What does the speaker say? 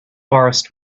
forest